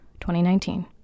2019